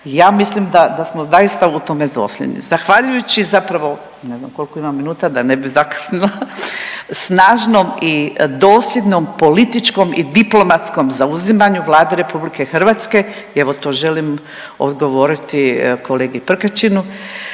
Ja mislim da smo zaista u tome dosljedni. Zahvaljujući zapravo ne znam koliko imam minuta da ne bih zakasnila, snažnom i dosljednom političkom i diplomatskom zauzimanju Vlade Republike Hrvatske i evo to želim odgovoriti kolegi Prkačinu.